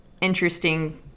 interesting